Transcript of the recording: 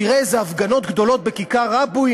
תראה איזה הפגנות גדולות בכיכר-רבין,